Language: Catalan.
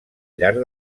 llarg